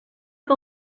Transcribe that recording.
que